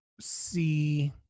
see